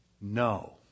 No